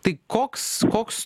tai koks koks